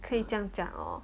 可以这样讲 orh